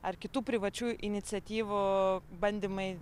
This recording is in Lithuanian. ar kitų privačių iniciatyvų bandymai